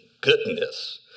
goodness